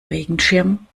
regenschirm